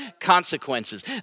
consequences